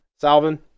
Salvin